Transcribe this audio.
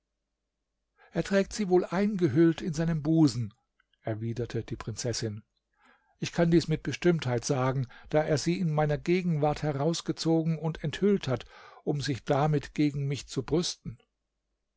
er trägt sie wohl eingehüllt in seinem busen erwiderte die prinzessin ich kann dies mit bestimmtheit sagen da er sie in meiner gegenwart herausgezogen und enthüllt hat um sich damit gegen mich zu brüsten